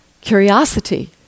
curiosity